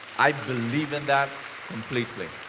i believe in that completely.